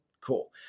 Cool